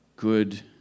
good